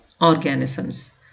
organisms